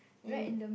and